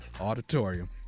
Auditorium